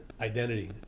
identity